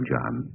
John